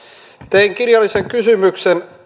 tein kirjallisen kysymyksen